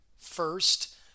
First